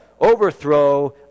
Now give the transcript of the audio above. overthrow